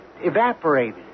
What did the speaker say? evaporated